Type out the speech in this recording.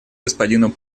господину